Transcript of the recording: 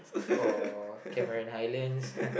or Cameron-highlands